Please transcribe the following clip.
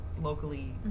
locally